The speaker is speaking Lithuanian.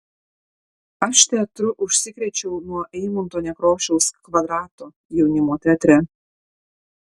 aš teatru užsikrėčiau nuo eimunto nekrošiaus kvadrato jaunimo teatre